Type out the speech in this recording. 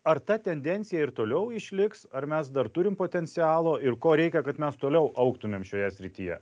ar ta tendencija ir toliau išliks ar mes dar turim potencialo ir ko reikia kad mes toliau augtumėm šioje srityje